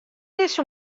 dizze